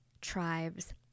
tribes